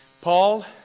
Paul